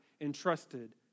entrusted